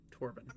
Torben